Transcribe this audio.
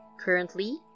Currently